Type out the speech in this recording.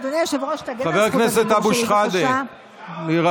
אדוני היושב-ראש, תגן על זכות הדיבור שלי, בבקשה.